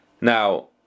Now